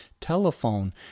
telephone